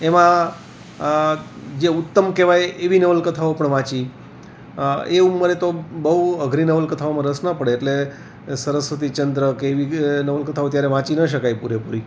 એમાં જે ઉત્તમ કહેવાય એવી નવલકથાઓ પણ વાંચી એ ઉંમરે તો બહું અઘરી નવલકથાઓમાં રસ ન પડે એટલે સરસ્વતીચંદ્ર કે એવી નવલકથાઓ ત્યારે વાંચી ન શકાય પૂરેપૂરી